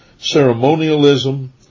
ceremonialism